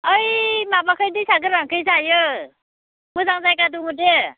ओइ माबाखै दैसा गोनांथिं जायो मोजां जायगा दङ दे